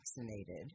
vaccinated